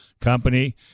company